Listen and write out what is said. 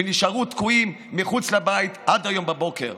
ונשארו תקועים מחוץ לבית עד היום בבוקר?